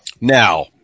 Now